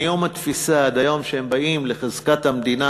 מיום התפיסה עד היום שהם באים לחזקת המדינה